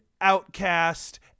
outcast